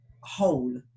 whole